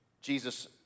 Jesus